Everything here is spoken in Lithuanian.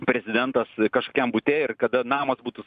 prezidentas kažkokiam bute ir kada namas būtų